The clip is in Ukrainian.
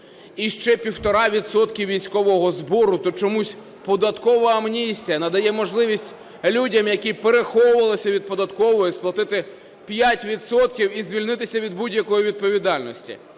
і ще 1,5 відсотка військового збору, то чомусь податкова амністія надає можливість людям, які переховувалися від податкової, сплатити 5 відсотків і звільнитися від будь-якої відповідальності.